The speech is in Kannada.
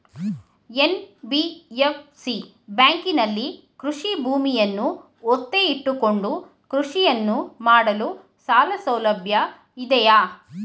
ಎನ್.ಬಿ.ಎಫ್.ಸಿ ಬ್ಯಾಂಕಿನಲ್ಲಿ ಕೃಷಿ ಭೂಮಿಯನ್ನು ಒತ್ತೆ ಇಟ್ಟುಕೊಂಡು ಕೃಷಿಯನ್ನು ಮಾಡಲು ಸಾಲಸೌಲಭ್ಯ ಇದೆಯಾ?